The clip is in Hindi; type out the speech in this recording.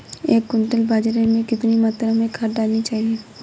एक क्विंटल बाजरे में कितनी मात्रा में खाद डालनी चाहिए?